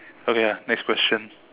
okay ah next question